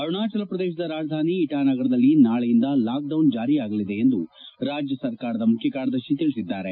ಅರುಣಾಚಲ ಪ್ರದೇಶದ ರಾಜಧಾನಿ ಇಟಾನಗರದಲ್ಲಿ ನಾಳೆಯಿಂದ ಲಾಕ್ಡೌನ್ ಜಾರಿಯಾಗಲಿದೆ ಎಂದು ರಾಜ್ಯ ಸರ್ಕಾರದ ಮುಖ್ಯ ಕಾರ್ಯದರ್ಶಿ ತಿಳಿಸಿದ್ದಾರೆ